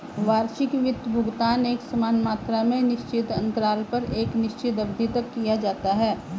वार्षिक वित्त भुगतान एकसमान मात्रा में निश्चित अन्तराल पर एक निश्चित अवधि तक किया जाता है